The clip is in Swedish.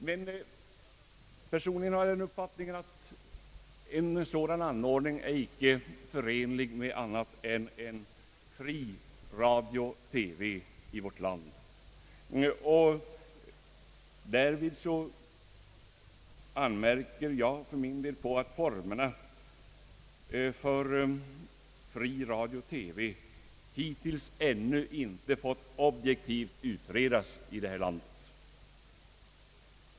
Men personligen har jag den uppfattningen, att en reklamfinansierad TV icke är förenlig med annat än en fri radio-TV i vårt land. Jag vill därför för min del anmärka på att formerna för fri radio-TV hittills ännu inte fått objektivt utredas här i landet.